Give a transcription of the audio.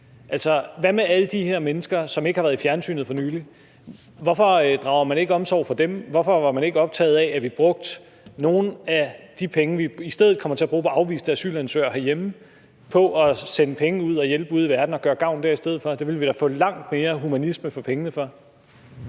hvad med alle de her mennesker, som ikke har været i fjernsynet for nylig? Hvorfor drager man ikke omsorg for dem? Hvorfor var man ikke optaget af, at vi brugte nogle af de penge, som vi i stedet kommer til at bruge på afviste asylansøgere herhjemme, på at hjælpe ude i verden og gøre gavn dér i stedet for? Der ville vi da få langt mere humanisme for pengene.